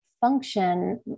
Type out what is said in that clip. function